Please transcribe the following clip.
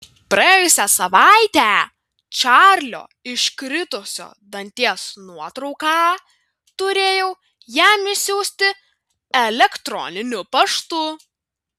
praėjusią savaitę čarlio iškritusio danties nuotrauką turėjau jam išsiųsti elektroniniu paštu